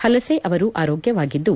ಹಲಸೆ ಅವರು ಆರೋಗ್ಯವಾಗಿದ್ದು